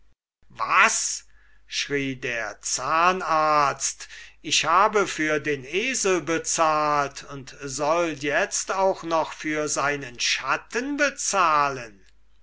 was schrie der zahnarzt ich habe für den esel bezahlt und soll itzt auch noch für seinen schatten bezahlen